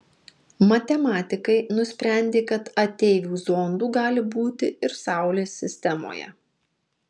matematikai nusprendė kad ateivių zondų gali būti ir saulės sistemoje